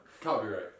Copyright